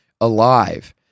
alive